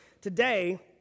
today